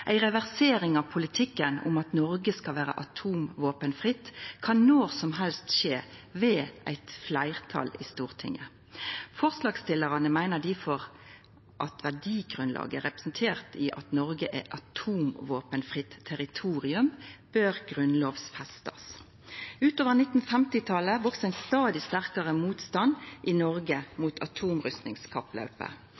Ei reversering av politikken om at Noreg skal vera atomvåpenfritt, kan når som helst skje ved eit fleirtal i Stortinget. Forslagsstillarane meiner difor at verdigrunnlaget representert ved at Noreg er atomvåpenfritt territorium, bør grunnlovfestast. Utover 1950-talet voks ein stadig sterkare motstand i Noreg